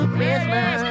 Christmas